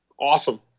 awesome